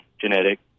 genetic